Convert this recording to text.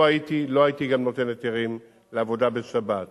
לו הייתי, לא הייתי נותן היתרים לעבודה בשבת.